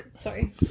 Sorry